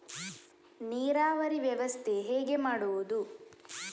ನೀರಾವರಿ ವ್ಯವಸ್ಥೆ ಹೇಗೆ ಮಾಡುವುದು?